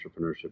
entrepreneurship